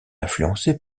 influencé